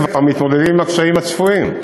כבר מתמודדים עם הקשיים הצפויים.